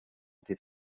tills